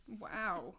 wow